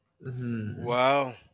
Wow